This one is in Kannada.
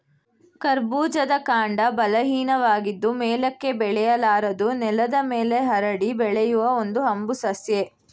ಕರ್ಬೂಜದ ಕಾಂಡ ಬಲಹೀನವಾಗಿದ್ದು ಮೇಲಕ್ಕೆ ಬೆಳೆಯಲಾರದು ನೆಲದ ಮೇಲೆ ಹರಡಿ ಬೆಳೆಯುವ ಒಂದು ಹಂಬು ಸಸ್ಯ